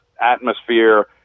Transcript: atmosphere